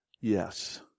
yes